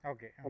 Okay